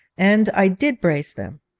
and i did brace them.